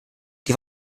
die